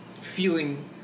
feeling